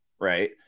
Right